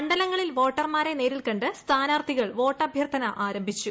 മണ്ഡലങ്ങളിൽ വോട്ടർമാരെ നേരിൽകണ്ട് സ്ഥാനാർത്ഥികൾ വോട്ട് അഭ്യർഥന ആരംഭിച്ചു